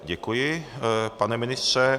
Děkuji, pane ministře.